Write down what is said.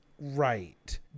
right